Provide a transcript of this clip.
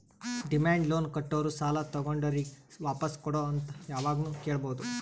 demand loan ಕೊಟ್ಟೋರು ಸಾಲ ತಗೊಂಡೋರಿಗ್ ವಾಪಾಸ್ ಕೊಡು ಅಂತ್ ಯಾವಾಗ್ನು ಕೇಳ್ಬಹುದ್